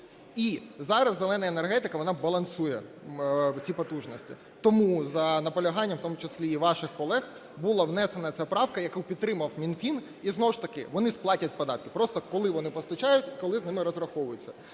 і зараз "зелена" енергетика, вона балансує ці потужності. Тому, за наполяганням в тому числі і ваших колег, була внесена ця правка, яку підтримав Мінфін і знову ж таки, вони сплатять податки, просто коли вони постачають, а коли з ними розраховуються.